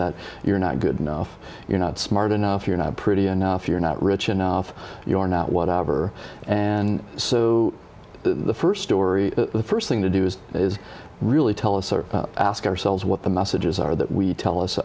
that you're not good enough you're not smart enough you're not pretty enough you're not rich enough you're not whatever and so the first story the first thing to do is really tell us or ask ourselves what the messages are that we tell us